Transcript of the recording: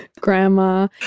Grandma